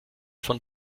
von